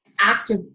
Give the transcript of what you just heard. active